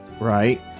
right